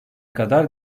kadar